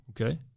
okay